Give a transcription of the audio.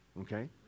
okay